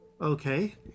okay